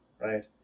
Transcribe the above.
right